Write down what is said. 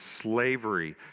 slavery